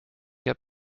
heb